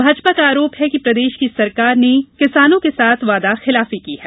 भाजपा का आरोप है कि प्रदेश की सरकार ने किसानों के साथ वादा खिलाफी की है